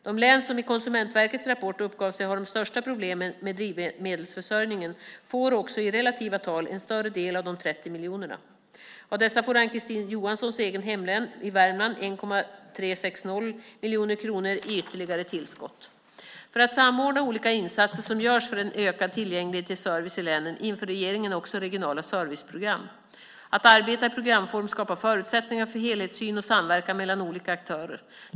De län som i Konsumentverkets rapport uppgav sig ha de största problemen med drivmedelsförsörjningen får också, i relativa tal, en större del av de 30 miljonerna. Av dessa får Ann-Kristine Johanssons eget hemlän, Värmland, 1 360 000 kronor i ytterligare tillskott. För att samordna olika insatser som görs för en ökad tillgänglighet till service i länen inför regeringen också regionala serviceprogram. Att arbeta i programform skapar förutsättningar för helhetssyn och samverkan mellan olika aktörer.